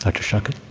dr. schuchat?